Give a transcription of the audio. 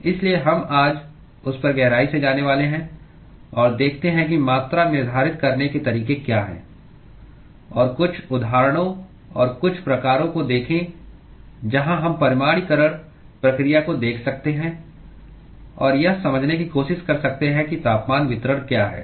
इसलिए हम आज उस पर गहराई से जाने वाले हैं और देखते हैं कि मात्रा निर्धारित करने के तरीके क्या हैं और कुछ उदाहरणों और कुछ प्रकारों को देखें जहां हम परिमाणीकरण प्रक्रिया को देख सकते हैं और यह समझने की कोशिश कर सकते हैं कि तापमान वितरण क्या है